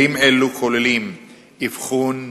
כלים אלו כוללים אבחון,